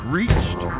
reached